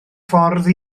ffordd